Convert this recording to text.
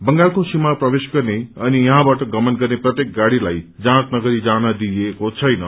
बंगालको सीमा प्रवेश गर्ने यहाँबाट गमन गर्ने प्रत्येक गाड़ीलाई जाँच नगरी जान दिइएको छैन